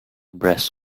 breast